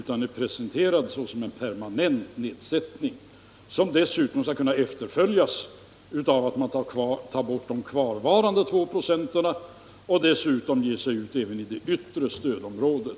Den är presenterad såsom en permanent sådan, och den skall dessutom kunna efterföljas av att man tar bort de kvarvarande 2 procenten och vidare att man ger sig ut i det yttre stödområdet.